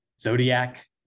Zodiac